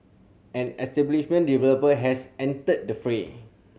and establishment developer has entered the fray